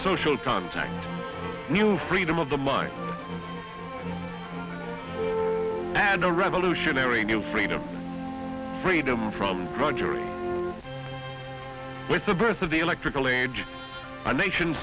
social contact new freedom of the mind had a revolutionary new freedom freedom from drudgery with the birth of the electrical age a nation